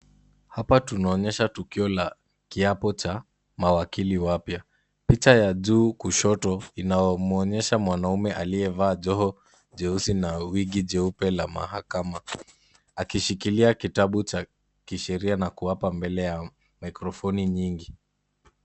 Hapa tunaonyesha tukio la kiapo cha mawakili wapya. Picha ya juu kushoto inamwonyesha mwanaume aliyevaa joho jeusi na wigi jeupe la mahakama akishikilia kitabu cha kisheria na kuapa mbele ya maikrofoni nyingi.